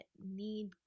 need